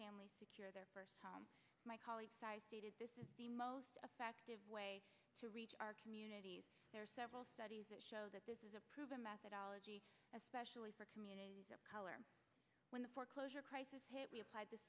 families secure their first home my colleague stated this is the most effective way to reach our communities there are several studies that show that this is a proven methodology especially for communities of color when the foreclosure crisis hit we applied the